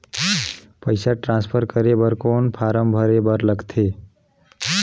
पईसा ट्रांसफर करे बर कौन फारम भरे बर लगथे?